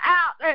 out